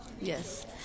Yes